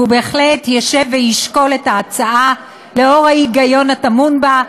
והוא בהחלט ישב וישקול את ההצעה נוכח ההיגיון הטמון בה,